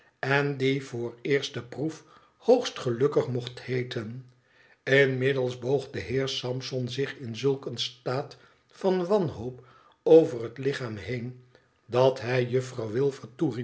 en die voor eerste proef hoogst gelukkig mocht heeten inmiddels boog de heer sampson zich in zulk een staat van wanhoop over het lichaam heen dat hij juffrouw wilfer